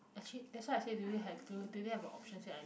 actually that's why I say do you have do do they have the options I